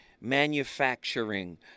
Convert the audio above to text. manufacturing